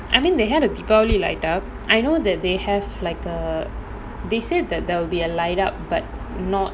I mean they had a deepavali light up I know that they have like a they said that there will be a light up but not